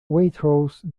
waitrose